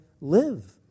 live